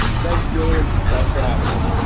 thanks, julian. thanks for having me